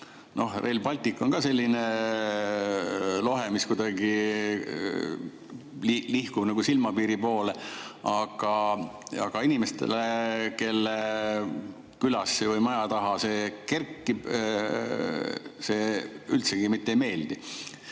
Rail Baltic on ka selline lohe, mis kuidagi nihkub nagu silmapiiri poole, aga inimestele, kelle külasse või maja taha see kerkib, see üldsegi mitte ei meeldi.